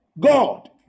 god